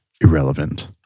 irrelevant